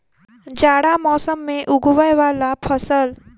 जाड़ा मौसम मे उगवय वला फसल?